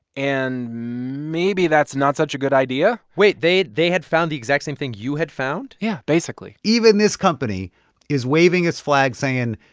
and maybe that's not such a good idea wait. they they had found the exact same thing you had found? yeah, basically even this company is waving its flag, saying,